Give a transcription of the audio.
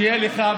שיהיה לך,